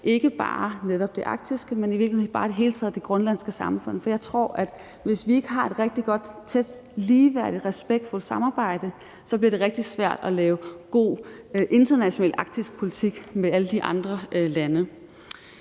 til netop det arktiske, men i virkeligheden bare i det hele taget det grønlandske samfund. For jeg tror, at hvis vi ikke har et rigtig godt, ligeværdigt, tæt og respektfuldt samarbejde, bliver det rigtig svært at lave god international arktisk politik med alle de andre lande.